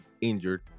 injured